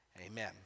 amen